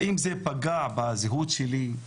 האם זה פגע בזהות שלי,